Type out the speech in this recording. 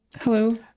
Hello